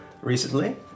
recently